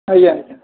ଆଜ୍ଞା